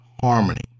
harmony